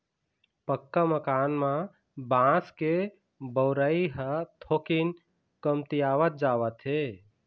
पक्का मकान म बांस के बउरई ह थोकिन कमतीयावत जावत हे